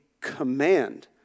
command